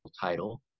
title